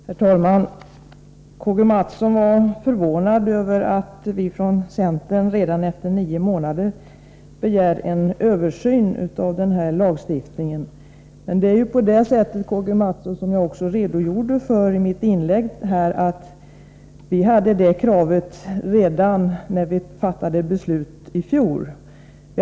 Herr talman! K.-G. Mathsson var förvånad över att vi från centern redan efter nio månader begär en översyn av denna lagstiftning. Men det är ju på det sättet, K.-G. Mathsson, som jag också redogjorde för i mitt inlägg att vi hade detta krav redan när vi i fjol fattade beslut i denna fråga.